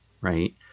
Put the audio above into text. right